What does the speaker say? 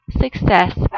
success